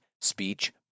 speech